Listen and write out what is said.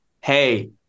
hey